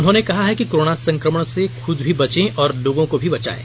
उन्होंने कहा है कि कोरोना संकमण से खुद भी बचे और लोगों को भी बचाये